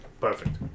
Perfect